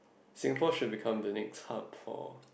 Singapore should become the next hub for